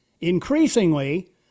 Increasingly